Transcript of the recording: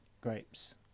grapes